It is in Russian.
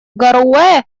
гароуэ